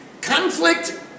Conflict